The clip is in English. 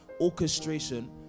orchestration